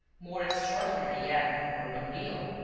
more extraordinary yet and more unreal.